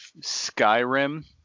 Skyrim